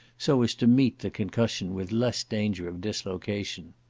so as to meet the concussion with less danger of dislocation.